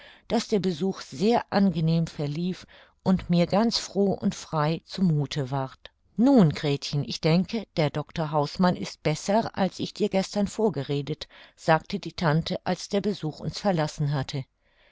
daß der besuch sehr angenehm verlief und mir ganz froh und frei zu muthe ward nun gretchen ich denke der doctor hausmann ist besser als ich dir gestern vorgeredet sagte die tante als der besuch uns verlassen hatte